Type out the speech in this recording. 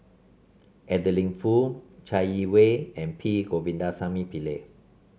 Adeline Foo Chai Yee Wei and P Govindasamy Pillai